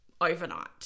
overnight